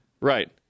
Right